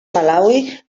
malawi